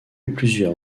plusieurs